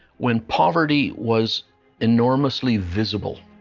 when poverty was enormously visible.